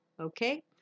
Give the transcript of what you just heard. Okay